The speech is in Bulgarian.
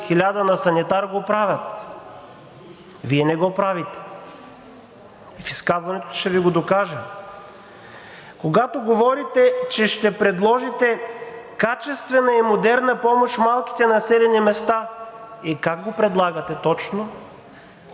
лв. на санитар, го правят. Вие не го правите! В изказването си ще го докажа. Когато говорите, че ще предложите качествена и модерна помощ в малките населени места, как го предлагате точно?! Защо